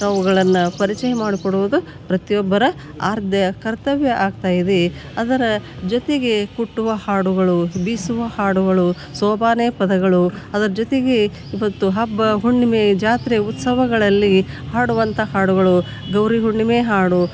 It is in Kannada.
ಅವುಗಳನ್ನು ಪರಿಚಯ ಮಡ್ಕೊಡೋದು ಪ್ರತಿಯೊಬ್ಬರ ಆರ್ದ್ಯ ಕರ್ತವ್ಯ ಆಗ್ತಾಯಿದೆ ಅದರ ಜೊತೆಗೆ ಕಟ್ಟುವ ಹಾಡುಗಳು ಬೀಸುವ ಹಾಡುಗಳು ಸೋಬಾನೆ ಪದಗಳು ಅದರ ಜೊತೆಗೆ ಇವತ್ತು ಹಬ್ಬ ಹುಣ್ಮೆ ಜಾತ್ರೆ ಉತ್ಸವಗಳಲ್ಲಿ ಹಾಡುವಂಥ ಹಾಡುಗಳು ಗೌರಿ ಹುಣ್ಣಿಮೆ ಹಾಡು